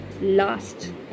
Last